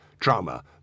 Trauma